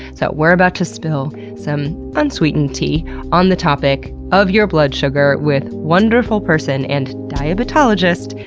so, we're about to spill some unsweetened tea on the topic of your blood sugar with wonderful person and diabetologist,